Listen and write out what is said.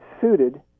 suited